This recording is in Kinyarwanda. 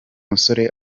musore